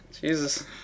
Jesus